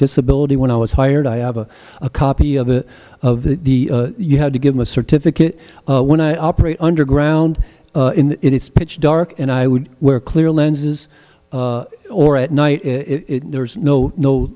disability when i was hired i have a copy of the of the you had to give me a certificate when i operate underground in it it's pitch dark and i would wear clear lenses or at night if there was no no